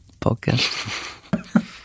podcast